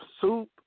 soup